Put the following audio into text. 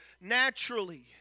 naturally